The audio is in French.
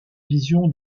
vision